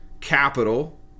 capital